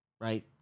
Right